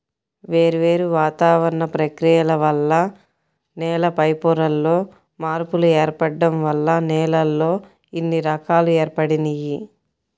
వేర్వేరు వాతావరణ ప్రక్రియల వల్ల నేల పైపొరల్లో మార్పులు ఏర్పడటం వల్ల నేలల్లో ఇన్ని రకాలు ఏర్పడినియ్యి